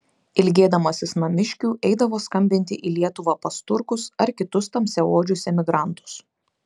ilgėdamasis namiškių eidavo skambinti į lietuvą pas turkus ar kitus tamsiaodžius emigrantus